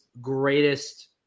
greatest